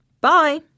Bye